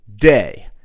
day